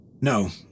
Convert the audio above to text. No